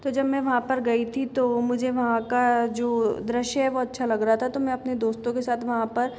तो जब मैं वहाँ पर गई थी तो मुझे वहाँ का जो दृश्य है वो अच्छा लग रहा था तो मैं अपने दोस्तों के साथ वहाँ पर